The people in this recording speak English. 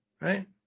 right